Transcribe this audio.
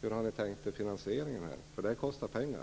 Hur har ni tänkt er finansieringen? Det här kostar nämligen pengar.